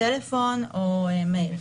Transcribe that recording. טלפון או מייל.